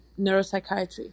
neuropsychiatry